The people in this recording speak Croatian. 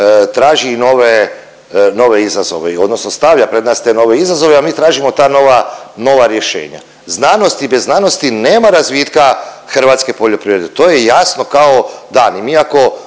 traži i nove, nove izazove i odnosno stavlja pred nas te nove izazove, a mi tražimo ta nova, nova rješenja. Znanost i bez znanosti nema razvitka hrvatske poljoprivrede, to je jasno kao dan